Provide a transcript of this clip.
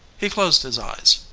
he closed his eyes,